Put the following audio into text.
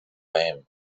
même